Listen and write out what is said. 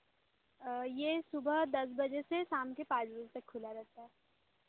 यह सुबह दस बजे से शाम के पाँच बजे तक खुला रहता है